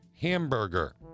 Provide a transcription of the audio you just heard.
hamburger